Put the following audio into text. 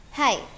Hi